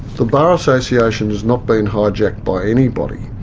the bar association has not been hijacked by anybody.